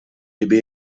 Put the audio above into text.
kdyby